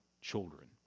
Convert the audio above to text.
children